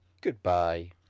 goodbye